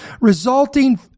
Resulting